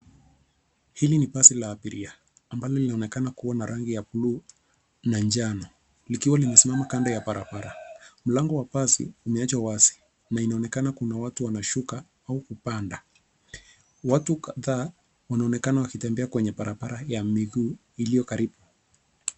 Hili ni basi la abiria ambalo linaonekana kuwa na rangi ya buluu na njano likiwa limesimama kando ya barabara. Mlango wa basi umeachwa wazi na inaonekana kuna watu wanashuka au kupanda. Watu kadhaa wanaonekana wakitembea kwenye barabara ya miguu iliyo karibu.